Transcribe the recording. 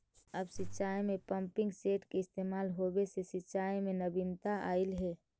अब सिंचाई में पम्पिंग सेट के इस्तेमाल होवे से सिंचाई में नवीनता अलइ हे